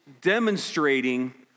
demonstrating